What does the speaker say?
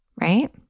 right